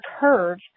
curve